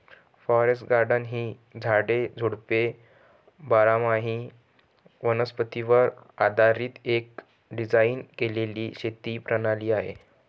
forest garden ही झाडे, झुडपे बारामाही वनस्पतीवर आधारीत एक डिझाइन केलेली शेती प्रणाली आहे